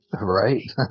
Right